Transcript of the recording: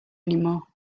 anymore